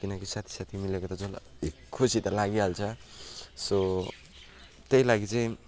किनकि साथी साथी मिलेको त जसलाई पनि खुसी त लागिहाल्छ सो त्यही लागि चाहिँ